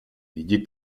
jdi